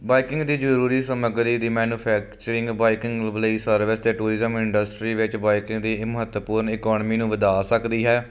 biking ਦੀ ਜ਼ਰੂਰੀ ਸਮਗਰੀ ਦੀ ਮੈਨੂਫੈਕਚਰਿੰਗ ਬਾਈਕਿੰਗ ਲਈ ਸਰਵਿਸ ਅਤੇ ਟੂਰਿਜ਼ਮ ਇੰਡਸਟਰੀ ਵਿੱਚ ਬਾਈਕਿੰਗ ਦੀ ਹੀ ਮਹੱਤਵਪੂਰਨ ਇਕੋਨਮੀ ਨੂੰ ਵਧਾ ਸਕਦੀ ਹੈ